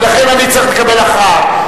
ולכן אני צריך לקבל הכרעה.